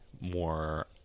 more